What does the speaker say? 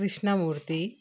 Krishnamurthy